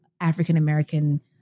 African-American